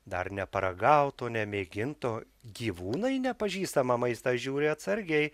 dar neparagauto nemėginto gyvūnai į nepažįstamą maistą žiūri atsargiai